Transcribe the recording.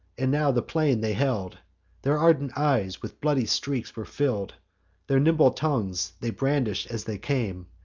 and now the plain they held their ardent eyes with bloody streaks were fill'd their nimble tongues they brandish'd as they came,